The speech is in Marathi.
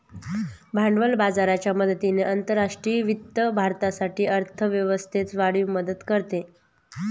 भांडवल बाजाराच्या मदतीने आंतरराष्ट्रीय वित्त भारतासाठी अर्थ व्यवस्थेस वाढीस मदत करते